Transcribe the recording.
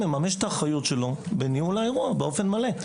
הוא מממש את האחריות שלו בניהול האירוע באופן מלא.